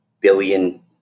billion